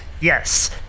Yes